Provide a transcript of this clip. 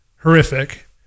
horrific